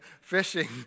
fishing